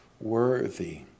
worthy